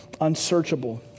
unsearchable